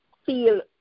feel